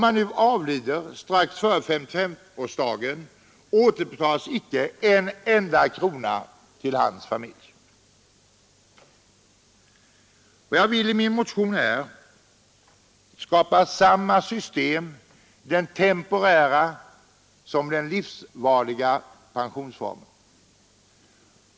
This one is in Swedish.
Han avlider strax före 55-årsdagen, och icke en enda krona återbetalas till hans familj. Jag vill genom min motion skapa samma system i den temporära som i den livsvariga pensionsformen.